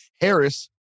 Harris